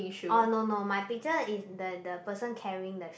oh no no my picture is the the person carrying the shoe